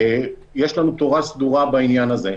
יש לנו תורה סדורה בעניין הזה.